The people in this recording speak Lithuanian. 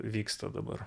vyksta dabar